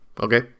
Okay